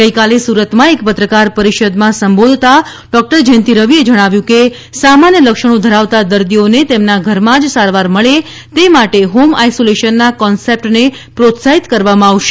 ગઇકાલે સુરતમાં એક પત્રકાર પરિષદે સંબોધતા સુ શ્રી રવિએ જણાવ્યુ હતું કે સામાન્ય લક્ષણો ધરાવતાં દર્દીઓને તેમના ઘરમાં જ સારવાર મળે તે માટે હોમ આઈસોલેશનના કોન્સેપ્ટને પ્રોત્સાહિત કરવામાં આવશે